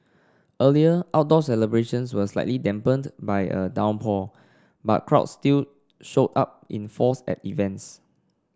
earlier outdoor celebrations were slightly dampened by a downpour but crowds still showed up in force at events